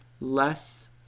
less